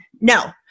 No